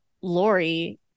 lori